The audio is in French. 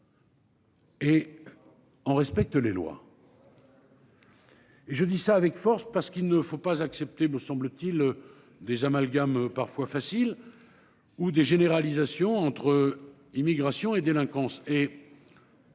Et. On respecte les lois. Au revoir. Et je dis ça avec force parce qu'il ne faut pas accepter, me semble-t-il des amalgames parfois facile. Ou des généralisations entre immigration et délinquance